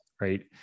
right